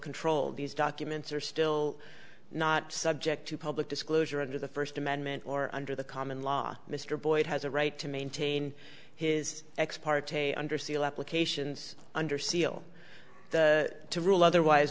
control these documents are still not subject to public disclosure under the first amendment or under the common law mr boyd has a right to maintain his ex parte under seal applications under seal to rule otherwise